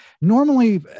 normally